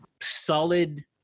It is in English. solid